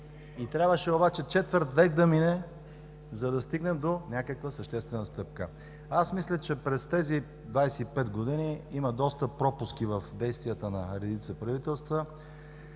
и трябваше обаче четвърт век да мине, за да стигнем до някаква съществена стъпка. Аз мисля, че през тези 25 години има доста пропуски в действията на редица правителства